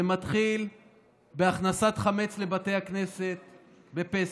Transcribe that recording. זה מתחיל בהכנסת חמץ לבתי הכנסת בפסח,